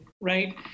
right